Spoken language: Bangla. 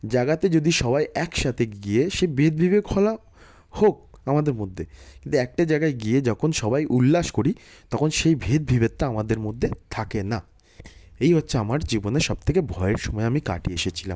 জায়গাতে যদি সবাই একসাথে গিয়ে সে ভেদ বিভেদ হলো হোক আমাদের মধ্যে কিন্তু একটা জাগায় গিয়ে যখন সবাই উল্লাস করি তখন সেই ভেদ বিভেদটা আমাদের মধ্যে থাকে না এই হচ্ছে আমার জীবনে সব থেকে ভয়ের সময় আমি কাটিয়ে এসেছিলাম